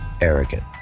arrogant